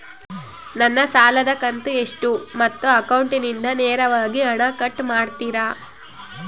ನನ್ನ ಸಾಲದ ಕಂತು ಎಷ್ಟು ಮತ್ತು ಅಕೌಂಟಿಂದ ನೇರವಾಗಿ ಹಣ ಕಟ್ ಮಾಡ್ತಿರಾ?